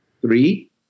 three